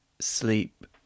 sleep